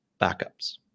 backups